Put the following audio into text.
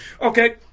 Okay